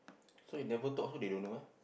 so you never talk how they don't know ah